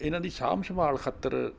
ਇਹਨਾਂ ਦੀ ਸਾਂਭ ਸੰਭਾਲ ਖ਼ਾਤਰ